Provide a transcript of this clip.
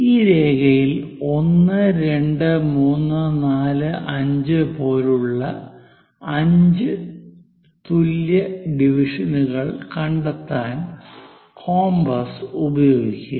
ഈ രേഖയിൽ 1 2 3 4 5 പോലുള്ള 5 തുല്യ ഡിവിഷനുകൾ കണ്ടെത്താൻ കോമ്പസ് ഉപയോഗിക്കുക